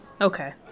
okay